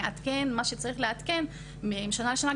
ונעדכן מה שצריך לעדכן משנה לשנה.